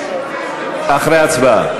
כבוד היושב-ראש, אני מתנגד, אחרי ההצבעה.